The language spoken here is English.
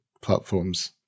platforms